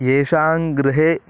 एषाङ्गृहे